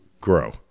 grow